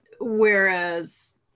Whereas